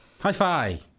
Hi-fi